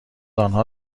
آنها